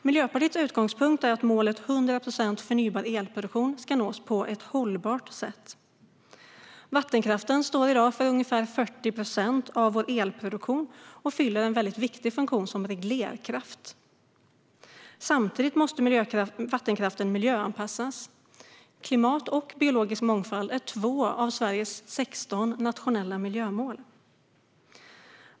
Miljöpartiets utgångspunkt är att målet 100 procent förnybar elproduktion ska nås på ett hållbart sätt. Vattenkraften står i dag för ungefär 40 procent av vår elproduktion och fyller en viktig funktion som reglerkraft. Samtidigt måste vattenkraften miljöanpassas. Klimat och biologisk mångfald är två av Sveriges sexton nationella miljömål.